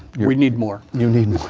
we need more. you need